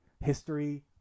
history